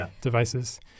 devices